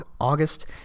August